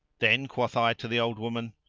then quoth i to the old woman,